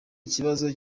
ikibazo